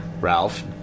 Ralph